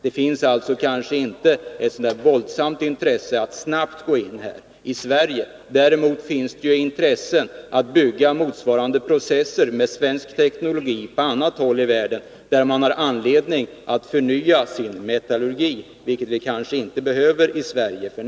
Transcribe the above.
Det finns alltså kanske inte ett så våldsamt intresse att snabbt gå in här i Sverige. Däremot finns det ett intresse att bygga motsvarande processer med svensk teknologi på annat håll i världen, där man har anledning att förnya sin metallurgi — vilket vi kanske inte behöver göra i Sverige f. n.